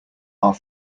are